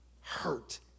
hurt